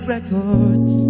Records